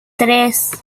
tres